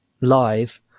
live